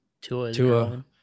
Tua